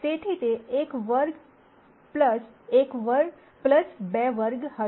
તેથી તે એક વર્ગ 1 વર્ગ 2 વર્ગ હશે